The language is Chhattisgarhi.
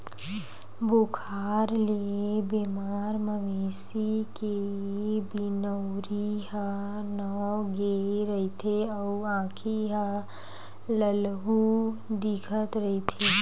बुखार ले बेमार मवेशी के बिनउरी ह नव गे रहिथे अउ आँखी ह ललहूँ दिखत रहिथे